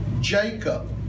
Jacob